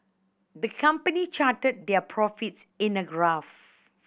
the company charted their profits in a graph